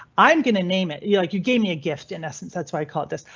i'm gonna name it you like you gave me a gift in essence that's why i called this.